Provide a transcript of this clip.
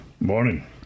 Morning